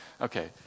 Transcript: okay